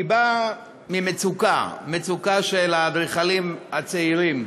היא באה ממצוקה, מצוקה של האדריכלים הצעירים,